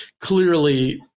Clearly